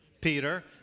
Peter